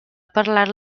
parlar